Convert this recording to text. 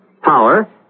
power